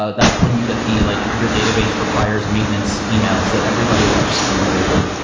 ah that's when you get the like your database requires maintenance emails that everybody loves from heroku.